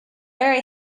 very